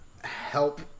help